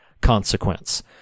consequence